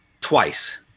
twice